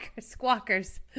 Squawkers